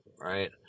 right